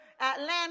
Atlanta